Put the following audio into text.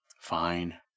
fine